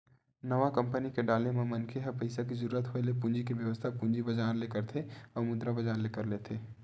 नवा कंपनी के डाले म मनखे ह पइसा के जरुरत होय ले पूंजी के बेवस्था पूंजी बजार ले करथे अउ मुद्रा बजार ले कर लेथे